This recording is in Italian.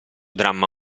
dramma